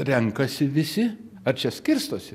renkasi visi ar čia skirstosi